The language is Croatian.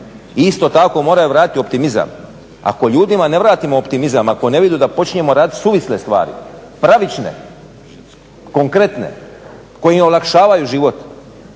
isto tako moraju vratiti optimizam. Ako ljudima ne vratimo optimizam, ako ne vidu da počinjemo raditi suvisle stvari, pravične, konkretne koje im olakšavaju život,